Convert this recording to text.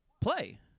play